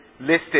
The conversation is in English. listed